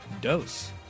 Dose